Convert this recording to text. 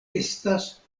estas